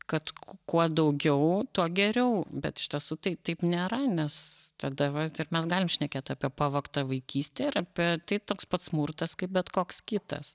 kad kuo daugiau tuo geriau bet iš tiesų tai taip nėra nes tada va mes galim šnekėt apie pavogtą vaikystę ir apie tai toks pat smurtas kaip bet koks kitas